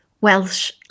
welsh